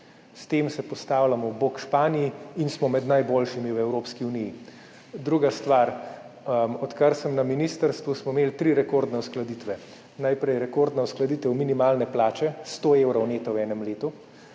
S tem se postavljamo ob bok Španiji in smo med najboljšimi v Evropski uniji. Druga stvar. Odkar sem na ministrstvu, smo imeli tri rekordne uskladitve. Najprej rekordna uskladitev minimalne plače, 100 evrov neto v enem letu,